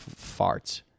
farts